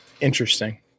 Interesting